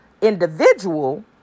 individual